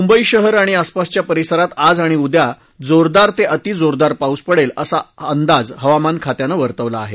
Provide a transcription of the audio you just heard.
मुंबई शहर आणि आसपासच्या परिसरात आज आणि उद्या जोरदार ते अतिजोरदार पाऊस पडेल असा अंदाज हवामानखात्यानं वर्तवला आहे